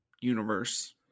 universe